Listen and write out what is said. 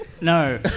No